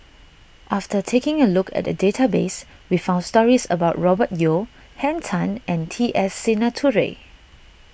after taking a look at the database we found stories about Robert Yeo Henn Tan and T S Sinnathuray